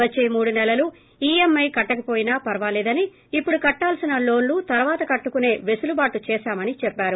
వచ్చే మూడు నెలలు ఈఎంఐలు కట్టకవోయినా ఫర్వాలేదని ఇప్పుడు కట్టాల్సిన లోన్లు తర్వాత కట్టుకునే వెసులుబాటు చేశామని చెప్పారు